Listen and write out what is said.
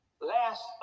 Last